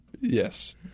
Yes